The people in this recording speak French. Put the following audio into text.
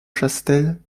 chastel